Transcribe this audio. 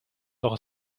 doch